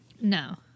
No